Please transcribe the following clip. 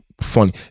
funny